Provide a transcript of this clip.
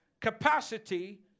capacity